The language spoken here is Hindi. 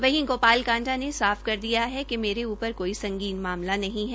वहीं गोपाल कांडा ने साफ कर दिया है कि मेरे ऊपर कोई संगीन मामला नहीं है